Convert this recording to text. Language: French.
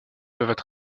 peuvent